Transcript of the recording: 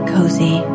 cozy